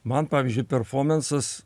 man pavyzdžiui performansas